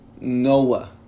Noah